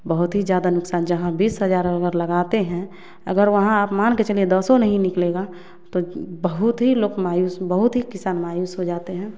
बहुत ही ज़्यादा नुकसान जहाँ बीस हज़ार लगाते हैं अगर वहाँ आप मान के चलिए दसों नहीं निकलेगा तो बहुत ही लोग मायूस बहुत ही किसान मायूस हो जाते हैं